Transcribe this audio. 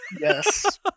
Yes